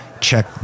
check